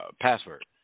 password